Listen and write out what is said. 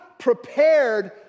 prepared